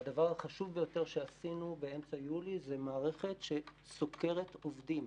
והדבר החשוב ביותר שעשינו באמצע יולי הוא מערכת שסוקרת עובדים.